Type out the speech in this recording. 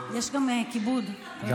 יש גם כיבוד, היושב-ראש.